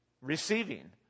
receiving